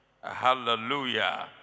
Hallelujah